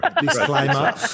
Disclaimer